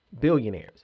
billionaires